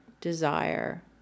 desire